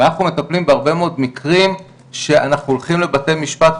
ואנחנו מטפלים בהרבה מאוד מקרים שאנחנו הולכים לבתי המשפט,